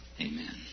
amen